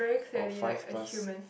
of five plus